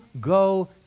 go